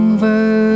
Over